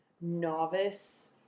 novice